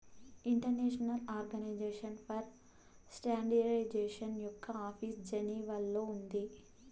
international organization for standardization యొక్క office జెనీవాలో ఉంది